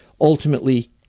ultimately